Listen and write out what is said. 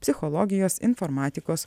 psichologijos informatikos